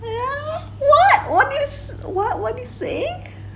what what did you what did you say